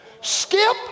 Skip